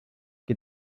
que